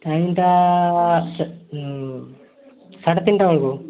ଟାଇମ୍ଟା ସାଢ଼େ ତିନିଟା ବେଳକୁ